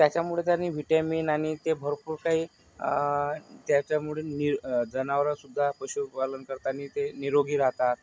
त्याच्यामुळे त्यांनी व्हिटॅमिन आणि ते भरपूर काही ज्याच्यामुळे निरो जनावरसुद्धा पशुपालन करताना ते निरोगी राहतात